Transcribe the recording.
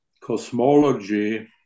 cosmology